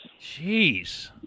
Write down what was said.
Jeez